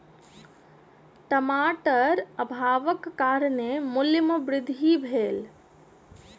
टमाटर अभावक कारणेँ मूल्य में वृद्धि भेल